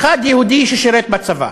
אחד יהודי ששירת בצבא